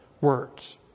words